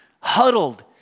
huddled